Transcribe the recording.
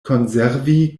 konservi